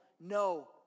No